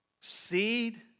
seed